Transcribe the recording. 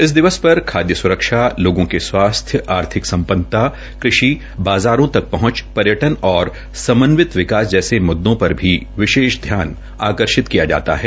इस दिवस पर खाद्य स्रक्षा लोगों के स्वास्थ्य आर्थिक सम्पन्नता कृषि बाज़ारों तक पहंच पर्यटन और समन्वित विकास जैसे मुद्दों पर भी विशेष ध्यान आकर्षित किया जाता है